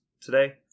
today